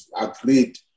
agreed